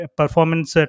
performance